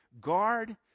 guard